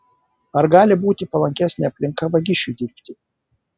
ar gali būti palankesnė aplinka vagišiui dirbti